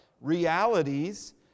realities